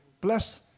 plus